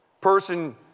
person